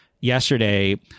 yesterday